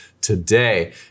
today